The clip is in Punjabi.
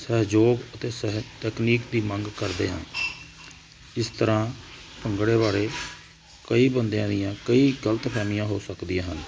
ਸਹਿਯੋਗ ਸਹਿ ਤਕਨੀਕ ਦੀ ਮੰਗ ਕਰਦੇ ਹਾਂ ਇਸ ਤਰਾਂ ਭੰਗੜੇ ਵਾਲੇ ਕਈ ਬੰਦਿਆਂ ਦੀਆਂ ਕਈ ਗਲਤ ਫਹਿਮੀਆਂ ਹੋ ਸਕਦੀਆਂ ਹਨ